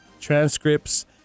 transcripts